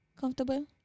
comfortable